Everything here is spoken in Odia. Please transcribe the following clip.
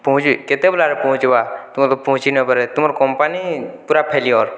ପହଁଞ୍ଚି କେତେ ବେଲାରେ ପହଁଞ୍ଚିବା ତୁମର ପହଁଞ୍ଚି ନାହିଁ ପାର ତୁମର କମ୍ପାନୀ ପୁରା ଫେଲିଅର୍